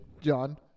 John